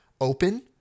open